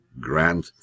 grand